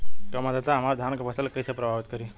कम आद्रता हमार धान के फसल के कइसे प्रभावित करी?